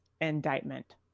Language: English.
indictment